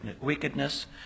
wickedness